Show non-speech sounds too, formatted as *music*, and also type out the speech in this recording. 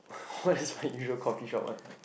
*breath* what is my usual coffee shop what